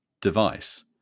device